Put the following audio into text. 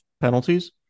penalties